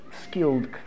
skilled